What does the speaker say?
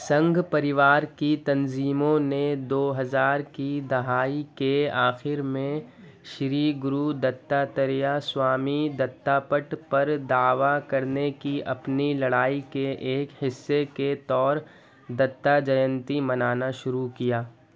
سنگھ پریوار کی تنظیموں نے دو ہزار کی دہائی کے آخر میں شری گرو دتاتریہ سوامی دتاپٹ پر دعویٰ کرنے کی اپنی لڑائی کے ایک حصے کے طور دتا جینتی منانا شروع کیا